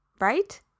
Right